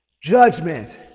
judgment